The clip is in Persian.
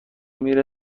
میره